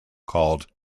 called